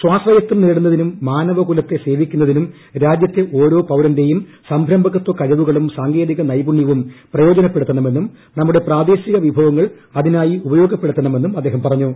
സ്വാശ്രയത്വം നേടുന്നതിനും മാനവകുലത്തെ സേവിക്കുന്നതിനും രാജ്യത്തെ ഓരോ പൌരന്റെയും സംരംഭകത്വ കഴിവുകളും സാങ്കേതിക നൈപുണ്യവും പ്രയോജനപ്പെടുത്തണമെന്നും നമ്മുടെ പ്രാദേശിക വിഭവങ്ങൾ അതിനായി ഉപയോഗപ്പെടുത്തണമെന്നും അദ്ദേഹം പറഞ്ഞു